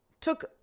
took